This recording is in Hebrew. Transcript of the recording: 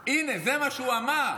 הינה, זה מה שהוא אמר.